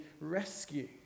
rescue